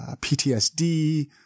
PTSD